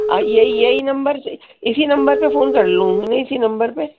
آ یہی یہی نمبر سے اسی نمبر پہ فون کر لوں گا میں اسی نمبر پہ